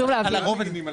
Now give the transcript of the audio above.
חשוב להבין,